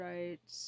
Right